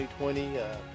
2020